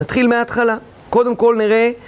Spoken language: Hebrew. נתחיל מההתחלה, קודם כל נראה.